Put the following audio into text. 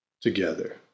together